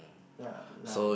ya like